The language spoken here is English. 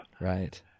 Right